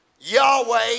Yahweh